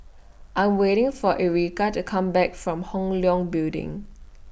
I'm waiting For Erika to Come Back from Hong Leong Building